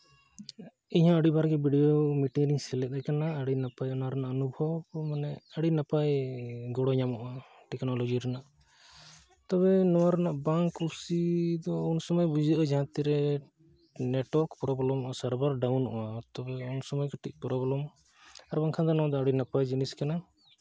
ᱤᱧ ᱦᱚᱸ ᱟᱹᱰᱤ ᱵᱟᱨ ᱜᱮ ᱵᱷᱤᱰᱭᱳ ᱢᱤᱴᱤᱝ ᱨᱮᱧ ᱥᱮᱞᱮᱫ ᱠᱟᱱᱟ ᱟᱹᱰᱤ ᱱᱟᱯᱟᱭ ᱚᱱᱟ ᱨᱮᱱᱟᱜ ᱚᱱᱩᱵᱷᱚᱵᱽ ᱢᱟᱱᱮ ᱟᱹᱰᱤ ᱱᱟᱯᱟᱭ ᱜᱚᱲᱚ ᱧᱟᱢᱚᱜᱼᱟ ᱴᱮᱠᱱᱳᱞᱚᱡᱤ ᱨᱮᱱᱟᱜ ᱛᱚᱵᱮ ᱱᱚᱣᱟ ᱨᱮᱱᱟᱜ ᱵᱟᱝ ᱠᱩᱥᱤ ᱫᱚ ᱩᱱ ᱥᱚᱢᱚᱭ ᱵᱩᱡᱷᱟᱹᱜᱼᱟ ᱡᱟᱦᱟᱸ ᱛᱤ ᱨᱮ ᱱᱮᱴ ᱳᱣᱟᱨᱠ ᱯᱨᱚᱵᱞᱮᱢᱚᱜᱼᱟ ᱥᱟᱨᱵᱷᱟᱨ ᱰᱟᱣᱩᱱᱚᱜᱼᱟ ᱛᱚᱵᱮ ᱩᱱ ᱥᱚᱢᱚᱭ ᱠᱟᱹᱴᱤᱡ ᱯᱨᱚᱵᱞᱮᱢ ᱟᱨ ᱵᱟᱝᱠᱷᱟᱱ ᱫᱚ ᱚᱱᱟ ᱫᱚ ᱟᱹᱰᱤ ᱱᱟᱯᱟᱭ ᱡᱤᱱᱤᱥ ᱠᱟᱱᱟ